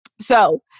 So-